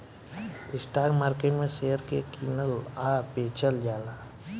stock market में share के कीनल आ बेचल जाला